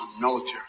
military